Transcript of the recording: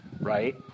right